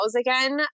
again